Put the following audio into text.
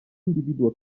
individuo